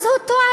אז הוא טועה.